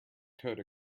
coat